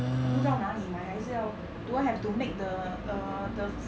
我不知道哪里买还是要 you do I have to make the err the